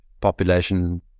population